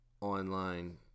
online